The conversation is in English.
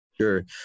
Sure